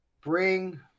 bring